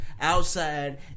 outside